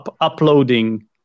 uploading